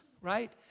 right